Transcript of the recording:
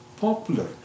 popular